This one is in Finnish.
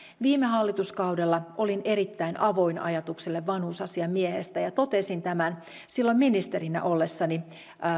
viime hallituskaudella olin erittäin avoin ajatukselle vanhusasiamiehestä ja totesin tämän silloin ministerinä ollessani